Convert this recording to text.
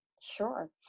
Sure